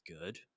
good